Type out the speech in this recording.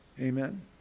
Amen